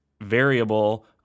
variable